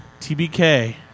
TBK